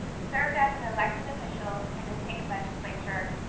served as an elected official in the state legislature.